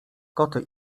koty